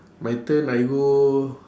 my turn I go